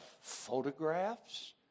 photographs